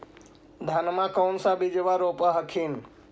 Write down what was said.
धनमा कौन सा बिजबा रोप हखिन?